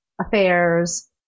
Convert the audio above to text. affairs